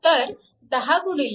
तर 10 गुणिले